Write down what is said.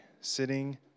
sitting